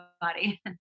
body